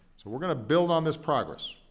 so we're going to build on this progress.